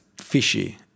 fishy